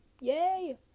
Yay